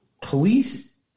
police